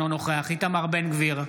אינו נוכח איתמר בן גביר,